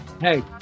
Hey